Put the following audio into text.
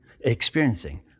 experiencing